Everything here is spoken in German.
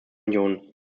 union